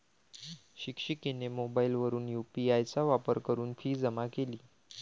शिक्षिकेने मोबाईलवरून यू.पी.आय चा वापर करून फी जमा केली